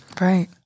Right